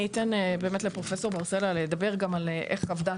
אני אתן לפרופ' מרסלה לדבר על איך עבדה